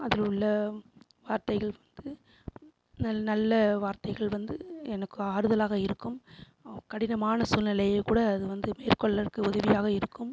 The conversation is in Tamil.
அதில் உள்ள வார்த்தைகளுக்கு நல் நல்ல வார்த்தைகள் வந்து எனக்கு ஆறுதலாக இருக்கும் கடினமான சூழ்நிலையை கூட அது வந்து மேற்கொள்ளற்கு உதவியாக இருக்கும்